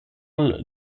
all